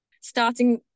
starting